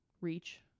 reach